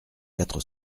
quatre